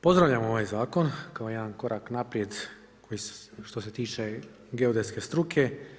Pozdravljam ovaj zakon kao jedan korak naprijed što se tiče geodetske struke.